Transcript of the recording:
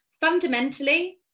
fundamentally